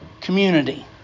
community